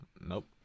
Nope